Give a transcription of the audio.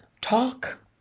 Talk